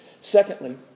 Secondly